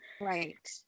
Right